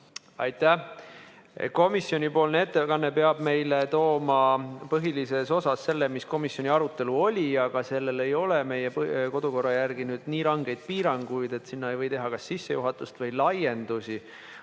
Aitäh! Komisjonipoolne ettekanne peab meile edasi andma põhilises osas selle, milline komisjoni arutelu oli, aga sellel ei ole meie kodukorra järgi nii ranged piirangud, et sinna ei või teha kas sissejuhatust või laiendusi.